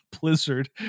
Blizzard